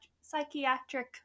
Psychiatric